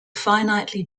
finitely